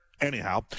Anyhow